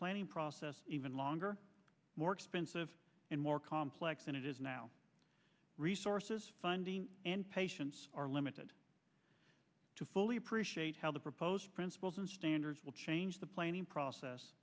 planning process even longer more expensive and more complex than it is now resources funding and patience are limited to fully appreciate how the proposed principles and standards will change the planning process